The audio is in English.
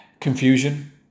confusion